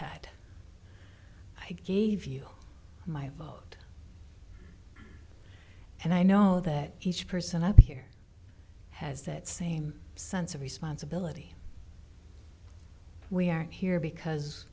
head i gave you my vote and i know that each person has that same sense of responsibility we aren't here because